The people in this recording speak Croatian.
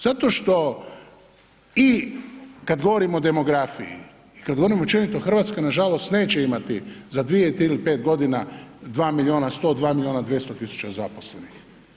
Zato što i kad govorimo o demografiji i kad govorimo općenito Hrvatska nažalost neće imati za 2, 3 ili 5 godina 2 miliona 102 miliona 200 tisuća zaposlenih.